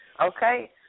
Okay